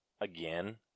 Again